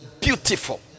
Beautiful